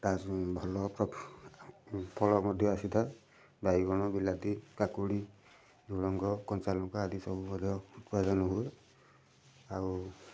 ତା ଭଲ ଫଳ ମଧ୍ୟ ଆସିଥାଏ ବାଇଗଣ ବିଲାତି କାକୁଡ଼ି ଝୁଡ଼ଙ୍ଗ କଞ୍ଚା ଲଙ୍କା ଆଦି ସବୁ ମଧ୍ୟ ଉତ୍ପାଦନ ହୁଏ ଆଉ